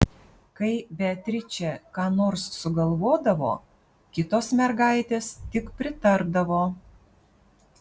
kai beatričė ką nors sugalvodavo kitos mergaitės tik pritardavo